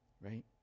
right